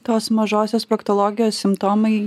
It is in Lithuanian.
tos mažosios proktologijos simptomai